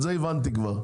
את זה הבנתי כבר.